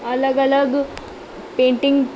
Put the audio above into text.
अलॻि अलॻि पेंटिंग